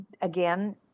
again